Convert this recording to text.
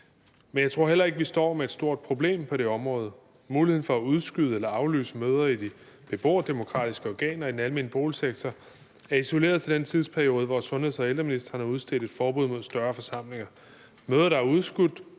Men jeg tror heller ikke, at vi står med et stort problem på det område. Muligheden for at udskyde eller aflyse møder i de beboerdemokratiske organer i den almene boligsektor er isoleret til den tidsperiode, hvor sundheds- og ældreministeren har udstedt et forbud mod større forsamlinger.